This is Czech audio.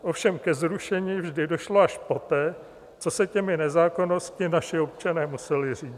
Ovšem ke zrušení vždy došlo až poté, co se těmi nezákonnostmi naši občané museli řídit.